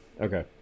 Okay